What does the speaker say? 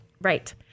Right